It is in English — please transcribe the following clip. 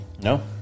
No